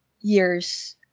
years